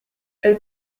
elle